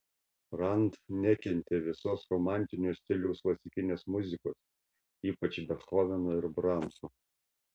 rand nekentė visos romantinio stiliaus klasikinės muzikos ypač bethoveno ir bramso